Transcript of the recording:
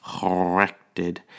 corrected